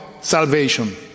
salvation